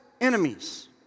enemies